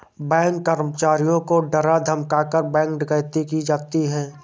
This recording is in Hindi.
बैंक कर्मचारियों को डरा धमकाकर, बैंक डकैती की जाती है